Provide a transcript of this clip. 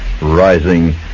rising